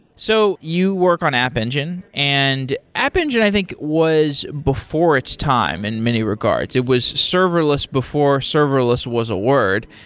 so you work on app engine, and app engine i think was before its time in many regards. it was serverless before serverless was a word.